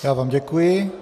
Já vám děkuji.